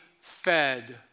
fed